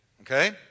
okay